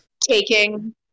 taking